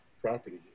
property